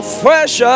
fresh